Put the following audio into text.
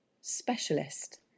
specialist